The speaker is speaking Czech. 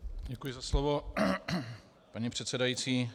Děkuji za slovo, paní předsedající.